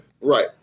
Right